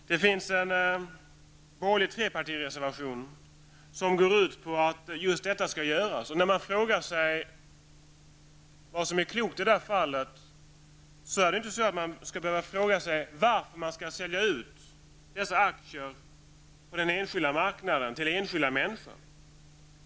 Det finns en borgerlig trepartireservation som går ut på att just detta skall göras. När man frågar sig vad som är klokt i det fallet, skall man inte behöva fråga sig varför man skall sälja ut dessa aktier på den enskilda marknaden till enskilda människor.